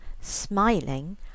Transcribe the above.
smiling